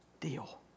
deal